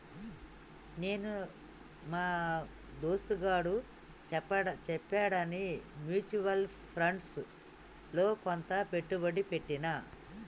నేను మా దోస్తుగాడు చెప్పాడని మ్యూచువల్ ఫండ్స్ లో కొంత పెట్టుబడి పెట్టిన